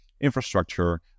infrastructure